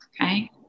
Okay